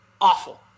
awful